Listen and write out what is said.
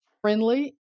friendly